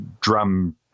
drum